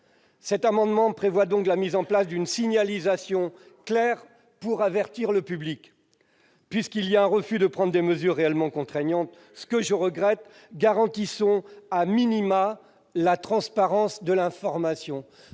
Cet amendement vise donc à mettre en place une signalisation claire pour avertir le public. Puisqu'il y a refus de prendre des mesures réellement contraignantes, ce que je déplore, garantissons au moins la transparence de l'information.